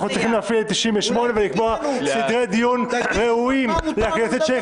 צריכים להפעיל את סעיף 98 ולקבוע סדרי דיון ראויים שיכבדו